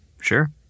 Sure